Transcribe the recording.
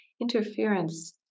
interference